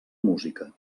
música